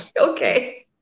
okay